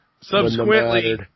Subsequently